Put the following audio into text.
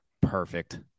perfect